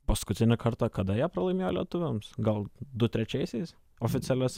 paskutinį kartą kada jie pralaimėjo lietuviams gal du trečiaisiais oficialias